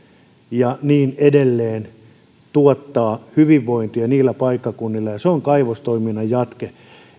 ja niin edelleen tuottaa hyvinvointia niillä paikkakunnilla ja se on kaivostoiminnan jatke